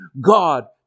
God